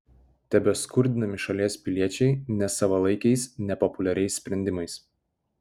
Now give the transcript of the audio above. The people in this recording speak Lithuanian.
tebeskurdinami šalies piliečiai nesavalaikiais nepopuliariais sprendimais